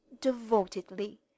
devotedly